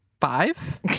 five